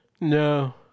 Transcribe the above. No